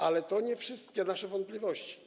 Ale to nie wszystkie nasze wątpliwości.